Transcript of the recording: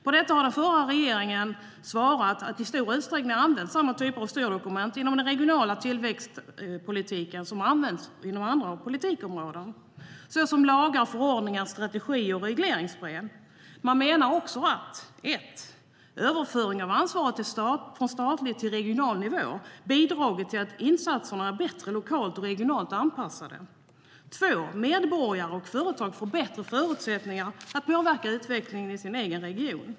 På detta har den förra regeringen svarat att i stor utsträckning används samma typer av styrdokument inom den regionala tillväxtpolitiken som används inom andra politikområden såsom lagar, förordningar, strategier och regleringsbrev. Man menar också för det första att överföringen av ansvaret från statlig till regional nivå bidragit till att insatserna är bättre lokalt och regionalt anpassade samt för det andra att medborgare och företag får bättre förutsättningar att påverka utvecklingen i sin egen region.